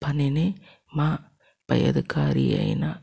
పనిని మా పై అధికారి అయిన